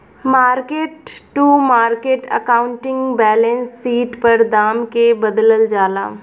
market to market accounting balance sheet पर दाम के बदलल जाला